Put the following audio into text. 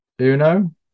Uno